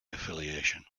affiliation